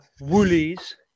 Woolies